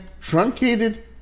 Truncated